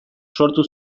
sortu